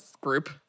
group